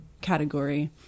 category